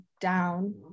down